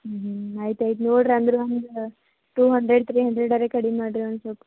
ಹ್ಞೂ ಹ್ಞೂ ಆಯ್ತು ಆಯಿತು ನೋಡಿರಾ ಅಂದರು ಒಂದು ಟು ಹಂಡ್ರೆಡ್ ತ್ರೀ ಹಂಡ್ರೆಡ್ ಆರೇ ಕಡಿಮೆ ಮಾಡಿರಿ ಒಂದು ಸ್ವಲ್ಪ